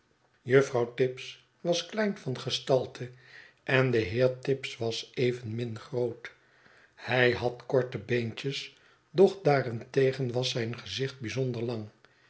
juffrouw tibbs was klein van gestalte en de heer tibbs was evenmin groot hij had korte beentjes doch daarentegen was zijn gezicht bijzonder lang